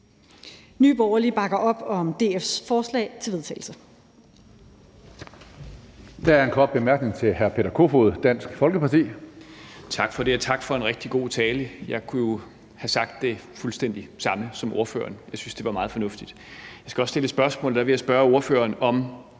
Nye Borgerlige bakker op om DF's forslag til vedtagelse.